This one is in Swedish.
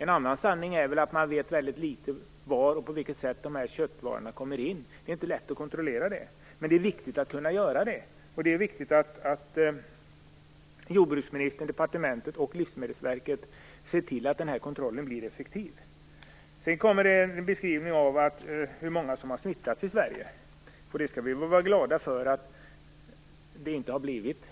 En annan sanning är att man vet väldigt litet om på vilket sätt dessa köttvaror kommer in. Det är inte lätt att kontrollera detta, men det är viktigt att kunna göra det. Det är också viktigt att jordbruksministern, departementet och Livsmedelsverket ser till att kontrollen blir effektiv. I svaret följer sedan en beskrivning av hur många som har smittats i Sverige. Vi skall vara glada för att fler inte har blivit